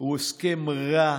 הוא הסכם רע,